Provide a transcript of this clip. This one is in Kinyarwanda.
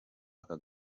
aka